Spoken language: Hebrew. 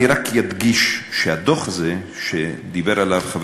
אני רק אדגיש שהדוח הזה שדיבר עליו חבר